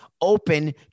open